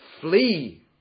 flee